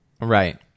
right